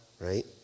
right